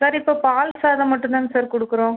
sir இப்போ பால் சாதம் மட்டும் தாங்க சார் கொடுக்குறோம்